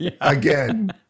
Again